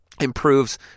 improves